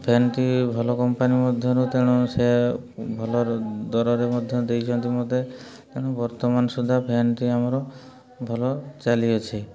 ଫ୍ୟାନ୍ଟି ଭଲ କମ୍ପାନୀ ମଧ୍ୟରୁ ତେଣୁ ସେ ଭଲ ଦରରେ ମଧ୍ୟ ଦେଇଛନ୍ତି ମୋତେ ତେଣୁ ବର୍ତ୍ତମାନ ସୁଦ୍ଧା ଫ୍ୟାନ୍ଟି ଆମର ଭଲ ଚାଲିଅଛି